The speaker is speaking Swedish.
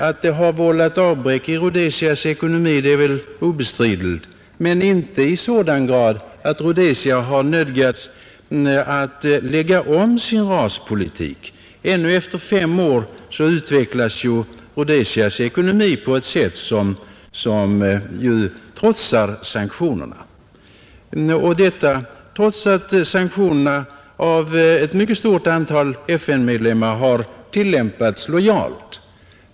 Att de har vållat avbräck i Rhodesias ekonomi är väl obestridligt, men inte avbräck i sådan grad att Rhodesia har nödgats att lägga om sin raspolitik. Ännu efter fem år utvecklas Rhodesias ekonomi på ett sätt som trotsar sanktionerna och detta fastän sanktionerna av ett mycket stort antal FN-medlemmar har tillämpats lojalt.